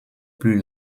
plus